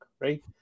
right